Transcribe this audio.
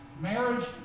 Marriage